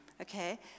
okay